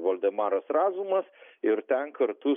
valdemaras razumas ir ten kartu